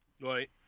Right